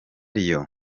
leon